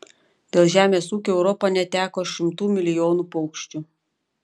dėl žemės ūkio europa neteko šimtų milijonų paukščių